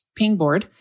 Pingboard